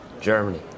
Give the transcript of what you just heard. Germany